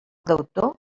deutor